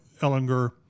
Ellinger